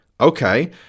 okay